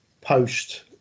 post